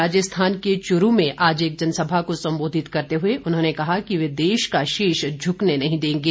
राजस्थान के चुरू में आज एक जनसभा को सम्बोधित करते हुए उन्होंने कहा कि वे देश का शीश झुकने नहीं देंगे